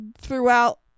throughout